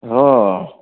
हो